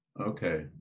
Okay